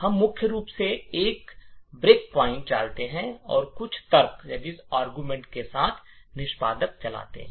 हम मुख्य रूप से एक ब्रेकपॉइंट डालते हैं और कुछ तर्क के साथ निष्पादक चलाते हैं